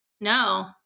No